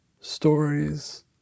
stories